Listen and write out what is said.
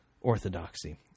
orthodoxy